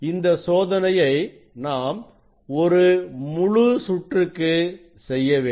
இந்த சோதனையை நாம் ஒரு முழு சுற்றுக்கு செய்ய வேண்டும்